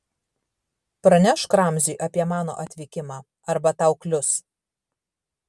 pranešk ramziui apie mano atvykimą arba tau klius